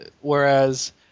whereas